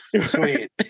Sweet